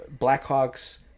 Blackhawks